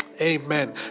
Amen